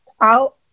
out